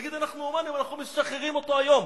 נגיד: אנחנו הומניים, אנחנו משחררים אותו היום.